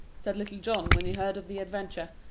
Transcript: said little john, when he heard of the adventure.